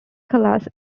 calais